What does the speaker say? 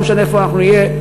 לא משנה איפה אנחנו נהיה,